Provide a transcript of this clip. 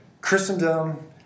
Christendom